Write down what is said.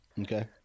Okay